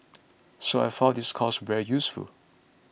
so I find this course very useful